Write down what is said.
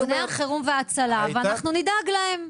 כאן במה לארגוני החירום וההצלה ואנחנו נדאג להם.